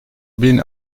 bin